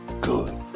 good